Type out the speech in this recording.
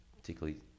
particularly